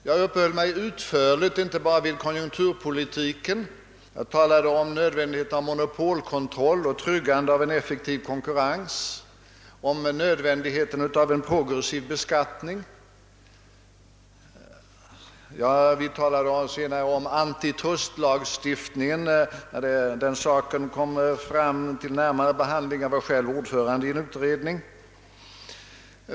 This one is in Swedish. Jag uppehöll mig då ut förligt vid inte bara konjunkturpolitiken utan också monopolkontrollen och tryggandet av en effektiv konkurrens, och jag talade om nödvändigheten av en progressiv beskattning. Senare talade jag också för antitrustlagstiftning — när den saken kom upp till behandling. Jag var själv ordförande i en enig utredning.